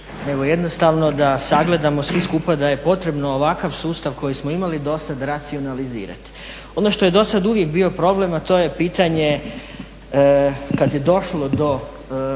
nego jednostavno da sagledamo svi skupa da je potrebno ovakav sustav koji smo imali dosad, racionalizirati. Ono što je dosad uvijek bio problem, a to je pitanje kad je došlo do